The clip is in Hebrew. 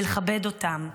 ולכבד אותם.